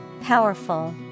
Powerful